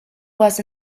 was